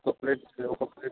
ఒక ప్లేట్ ఒక ప్లేట్